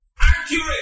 Accurate